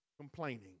complaining